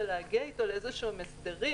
ולהגיע איתו להסדרים,